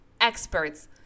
experts